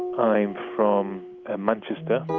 i'm from ah manchester,